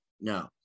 No